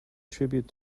tribute